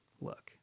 Look